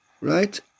right